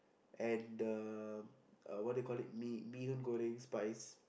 and the uh what you call it mee mee-hoon-goreng spice